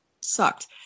sucked